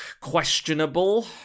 questionable